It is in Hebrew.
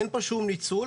אין כאן שום ניצול.